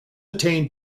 attained